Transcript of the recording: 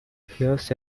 hears